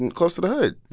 and close to the hood.